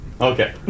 Okay